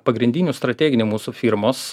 pagrindinių strateginių mūsų firmos